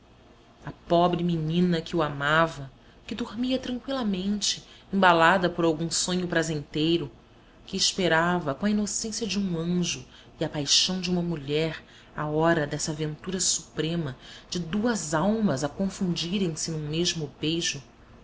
a pobre menina que o amava que dormia tranqüilamente embalada por algum sonho prazenteiro que esperava com a inocência de um anjo e a paixão de uma mulher a hora dessa ventura suprema de duas almas a confundirem se num mesmo beijo